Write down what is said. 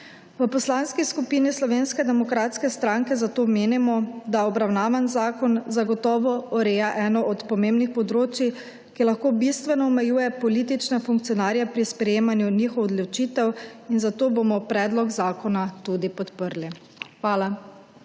V Poslanski skupini Slovenske demokratske stranke zato menimo, da obravnavan zakon zagotovo ureja eno od pomembnih področij, ki lahko bistveno omejuje politične **63. TRAK: (VP) 14.25** (nadaljevanje) funkcionarje pri sprejemanju njihovih odločitev, in zato bomo predlog zakona tudi podprli. Hvala.